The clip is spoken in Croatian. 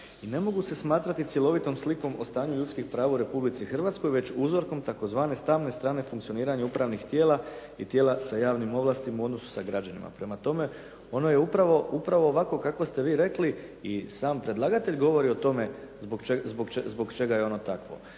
i ne mogu se smatrati cjelovitom slikom o stanju ljudskih prava u Republici Hrvatskoj već uzorkom tzv. stalne strane funkcioniranja upravnih tijela i tijela sa javnim ovlastima u odnosu sa građanima. Prema tome, ono je upravo ovako kako ste vi rekli. I sam predlagatelj govori o tome zbog čega je ono takvo.